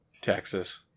Texas